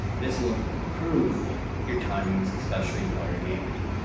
this will um prove your timings especially while you're gaming.